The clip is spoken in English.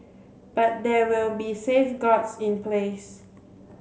but there will be safeguards in place